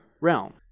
realm